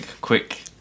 quick